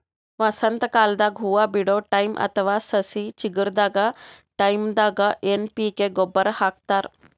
ವಸಂತಕಾಲದಾಗ್ ಹೂವಾ ಬಿಡೋ ಟೈಮ್ ಅಥವಾ ಸಸಿ ಚಿಗರದ್ ಟೈಂದಾಗ್ ಎನ್ ಪಿ ಕೆ ಗೊಬ್ಬರ್ ಹಾಕ್ತಾರ್